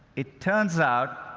it turns out,